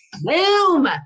Boom